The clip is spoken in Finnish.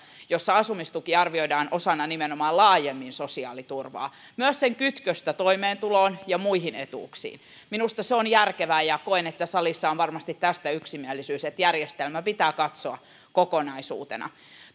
jossa asumistukea arvioidaan osana nimenomaan laajemmin sosiaaliturvaa myös sen kytköstä toimeentuloon ja muihin etuuksiin minusta se on järkevää ja koen että salissa on varmasti tästä yksimielisyys että järjestelmä pitää katsoa kokonaisuutena